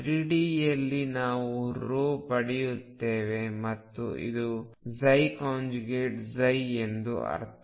3D ಯಲ್ಲಿ ನಾವು ಪಡೆಯುತ್ತೇವೆ ಮತ್ತು ಇದು ψ ಎಂದು ಅರ್ಥ